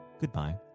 goodbye